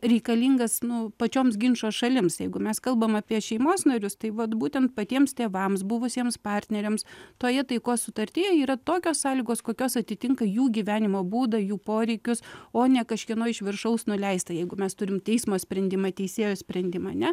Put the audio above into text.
reikalingas nu pačioms ginčo šalims jeigu mes kalbam apie šeimos narius tai vat būtent patiems tėvams buvusiems partneriams toje taikos sutartyje yra tokios sąlygos kokios atitinka jų gyvenimo būdą jų poreikius o ne kažkieno iš viršaus nuleistą jeigu mes turim teismo sprendimą teisėjo sprendimą ane